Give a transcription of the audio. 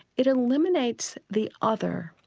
it eliminates the other.